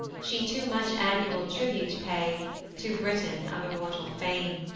she too much annual tribute pay to britain of immortal fame.